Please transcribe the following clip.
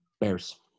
Bears